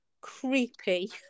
creepy